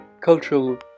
Cultural